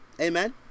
Amen